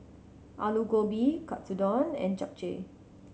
Alu Gobi Katsudon and Japchae